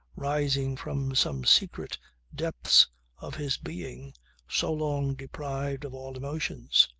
rising from some secret depths of his being so long deprived of all emotions.